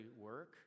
work